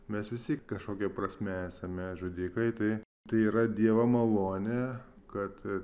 mes visi kažkokia prasme esame žudikai tai tai yra dievo malonė kad